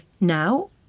now